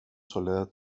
soledad